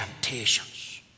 temptations